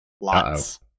Lots